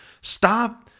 stop